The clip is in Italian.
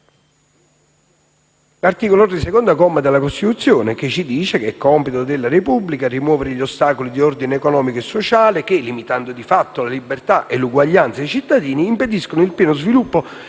dell'articolo 3, secondo comma, della Costituzione, che mi permetterò di leggere: «È compito della Repubblica rimuovere gli ostacoli di ordine economico e sociale, che, limitando di fatto la libertà e l'eguaglianza dei cittadini, impediscono il pieno sviluppo